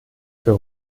für